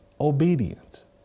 Obedience